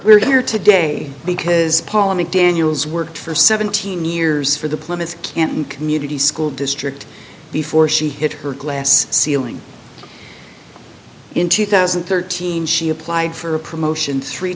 here today because paula mcdaniels worked for seventeen years for the plymouth canton community school district before she hit her glass ceiling in two thousand and thirteen she applied for a promotion three